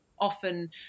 often